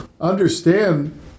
understand